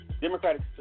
Democratic